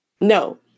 No